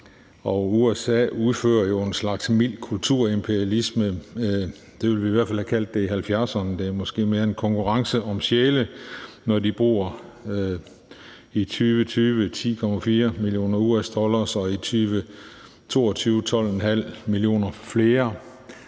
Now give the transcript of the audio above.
USA udfører jo en slags mild kulturimperialisme – det ville vi i hvert fald have kaldt det i 1970'erne – men det er måske mere en konkurrence om sjæle, når USA i 2020 bruger 10,4 mio. US dollars og i 2022 12,5 mio. flere